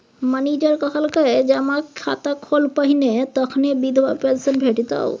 manager कहलकै जमा खाता खोल पहिने तखने बिरधा पेंशन भेटितौ